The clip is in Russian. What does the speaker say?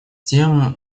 тем